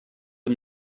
amb